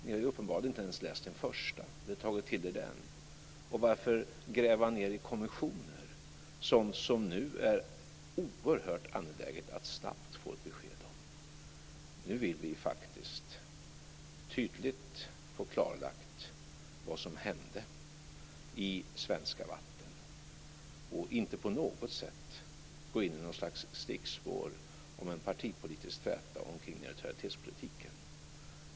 Ni har ju uppenbarligen inte ens läst och tagit till er den första. Och varför gräva ned i kommissioner sådant som det nu är oerhört angeläget att snabbt få ett besked om? Nu vill vi faktiskt tydligt få klarlagt vad som hände i svenska vatten och inte på något sätt komma in på något stickspår i form av en partipolitisk träta omkring neutralitetspolitiken.